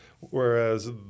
Whereas